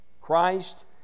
Christ